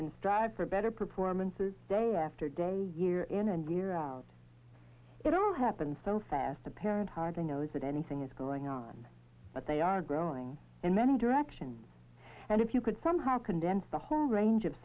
and strive for better performances day after day year in and year out it all happened so fast the parent hardly knows that anything is going on but they are growing in many directions and if you could somehow condense the whole range of